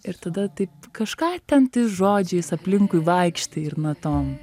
ir tada taip kažką tempti žodžiais aplinkui vaikštai ir natom